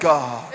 God